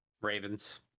Ravens